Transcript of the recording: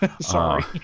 Sorry